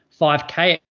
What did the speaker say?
5K